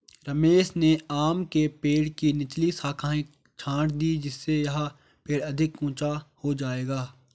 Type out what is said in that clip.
रमेश ने आम के पेड़ की निचली शाखाएं छाँट दीं जिससे यह पेड़ अधिक ऊंचा हो जाएगा